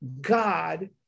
god